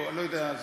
אני לא יודע,